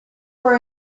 for